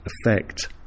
effect